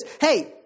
Hey